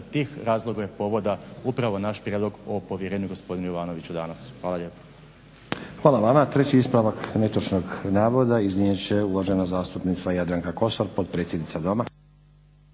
tih razloga i povoda upravo naš prijedlog o povjerenju gospodinu Jovanoviću danas. Hvala lijepo. **Stazić, Nenad (SDP)** Hvala vama. Treći ispravak netočnog navoda iznijet će uvažena zastupnica Jadranka Kosor, potpredsjednica Doma.